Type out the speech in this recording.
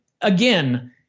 again